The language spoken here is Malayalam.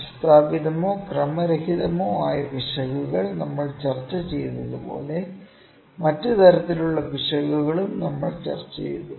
വ്യവസ്ഥാപിതമോ ക്രമരഹിതമോ ആയ പിശകുകൾ നമ്മൾ ചർച്ച ചെയ്തതുപോലെ മറ്റ് തരത്തിലുള്ള പിശകുകളും നമ്മൾ ചർച്ചചെയ്തു